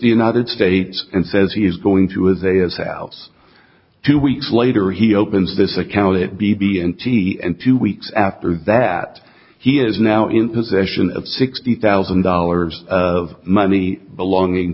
the united states and says he is going to is a is house two weeks later he opens this account it b b and t and two weeks after that he is now in possession of sixty thousand dollars of money belonging